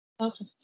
Okay